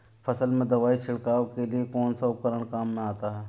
फसल में दवाई छिड़काव के लिए कौनसा उपकरण काम में आता है?